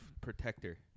protector